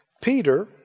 Peter